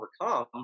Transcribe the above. overcome